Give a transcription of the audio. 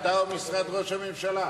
אתה או משרד ראש הממשלה?